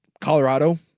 Colorado